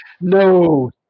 No